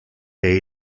que